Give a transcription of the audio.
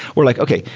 we're like, okay.